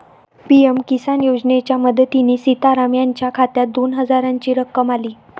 PM Kisan योजनेच्या मदतीने सीताराम यांच्या खात्यात दोन हजारांची रक्कम आली